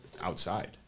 outside